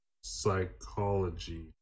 psychology